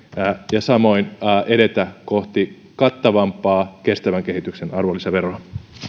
ja samoin edetä kohti kattavampaa kestävän kehityksen arvonlisäveroa